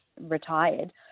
retired